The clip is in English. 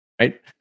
right